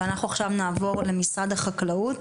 נעבור למשרד החקלאות.